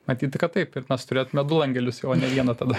matyti kad taip ir mes turėtume jau du langelius o ne vieną tada